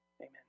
Amen